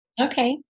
Okay